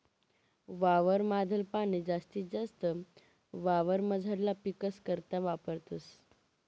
वावर माधल पाणी जास्तीत जास्त वावरमझारला पीकस करता वापरतस